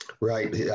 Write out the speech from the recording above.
Right